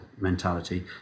mentality